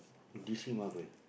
d_c Marvel